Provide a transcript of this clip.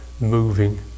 moving